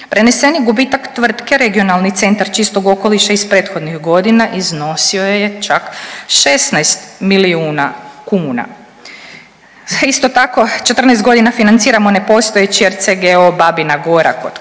Preneseni gubitak tvrtke Regionalni centar čistog okoliša iz prethodnih godina iznosio je čak 16 milijuna kuna. Isto tako 14 godina financiramo nepostojeći RCGO Babina Gora kod